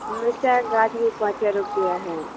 मिरचाई गाछ भी पाँचे रुपये हइ